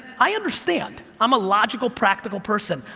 i understand. i'm a logical, practical person,